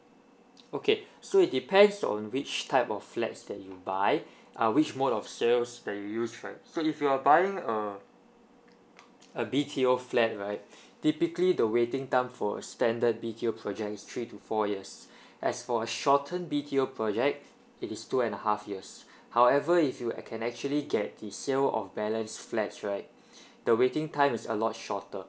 okay so it depends on which type of flats that you buy ah which mode of sales that you use right so if you are buying uh a B_T_O flat right typically the waiting time for a standard B_T_O project is three to four years as for a shortened B_T_O project it is two and a half years however if you can actually get the sale of balance flats right the waiting time is a lot shorter